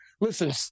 listen